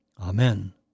Amen